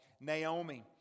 Naomi